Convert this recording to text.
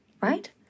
right